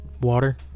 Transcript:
Water